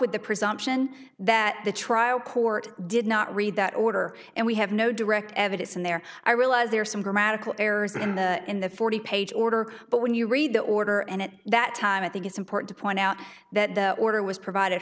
with the presumption that the trial court did not read that order and we have no direct evidence in there i realize there are some grammatical errors in the in the forty page order but when you read the order and at that time i think it's important to point out that the order was provided